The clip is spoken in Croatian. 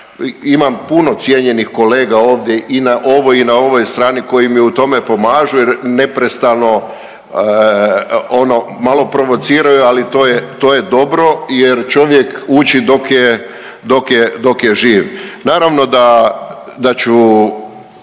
Imam puno cijenjenih kolega ovdje i na ovoj i na ovoj strani koji mi u tome pomažu jer neprestano ono malo provociraju, ali to je, to je dobro jer čovjek uči dok je, dok je, dok je živ.